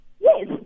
Yes